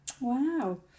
Wow